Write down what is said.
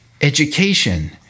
education